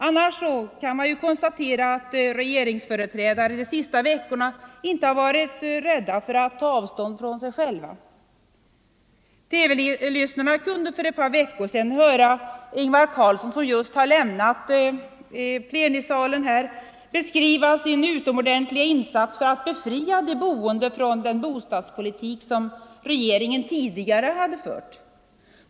Annars kan man konstatera att regeringsföreträdare de senaste veckorna inte varit rädda för att ta avstånd från regeringen. TV lyssnarna kunde för ett par veckor sedan höra statsrådet Ingvar Carlsson, som just nu lämnat plenisalen, beskriva sin utomordentliga insats för att befria de boende från den bostadspolitik som regeringen tidigare hade fört.